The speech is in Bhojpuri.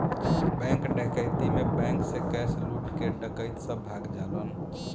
बैंक डकैती में बैंक से कैश लूट के डकैत सब भाग जालन